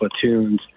platoons